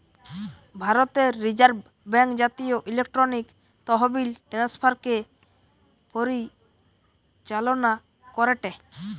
ভারতের reserve bank জাতীয় electronic তহবিল ট্রান্সফার কে পরিচালনা করেটে